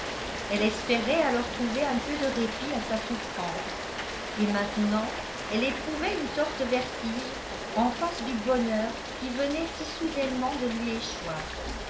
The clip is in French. elle espérait alors trouver un peu de répit à sa souffrance et maintenant elle éprouvait une sorte de vertige en face du bonheur qui venait si soudainement de lui échoir